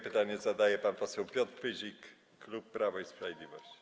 Pytanie zadaje pan poseł Piotr Pyzik, klub Prawo i Sprawiedliwość.